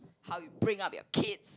how you bring up your kids